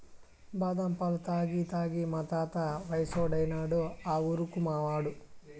బాదం పాలు తాగి తాగి మా తాత వయసోడైనాడు ఆ ఊరుకుమాడు